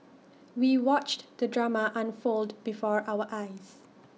we watched the drama unfold before our eyes